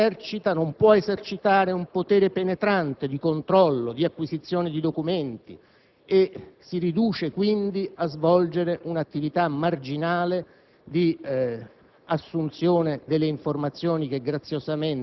ad accertare i fatti: non esercita e non può esercitare un potere penetrante di controllo, di acquisizione di documenti, e si riduce quindi a svolgere un'attività marginale di